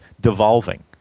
devolving